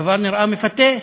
הדבר נראה מפתה,